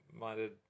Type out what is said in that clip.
minded